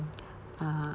uh